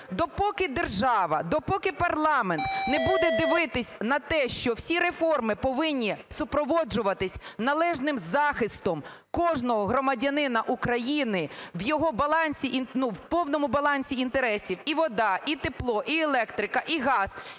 допоки держава, допоки парламент не буде дивитись на те, що всі реформи повинні супроводжуватись належним захистом кожного громадянина України в його балансі, ну в повному балансі інтересів (і вода, і тепло, і електрика, і газ, і лічильник,